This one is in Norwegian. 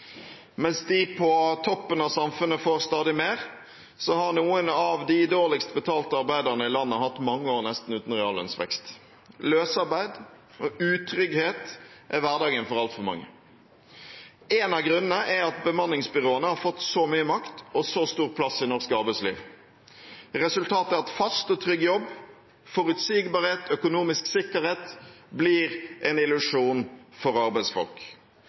Mens de på toppen av samfunnet får stadig mer, har noen av de dårligst betalte arbeiderne i landet hatt mange år nesten uten reallønnsvekst. Løsarbeid og utrygghet er hverdagen for altfor mange. En av grunnene er at bemanningsbyråene har fått så mye makt og så stor plass i norsk arbeidsliv. Resultatet er at fast og trygg jobb, forutsigbarhet og økonomisk sikkerhet blir en illusjon for arbeidsfolk.